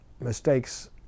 mistakes